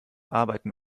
arbeiten